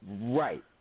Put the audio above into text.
Right